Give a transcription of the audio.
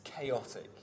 chaotic